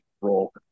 role